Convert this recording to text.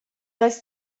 does